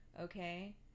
okay